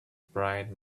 bright